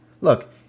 Look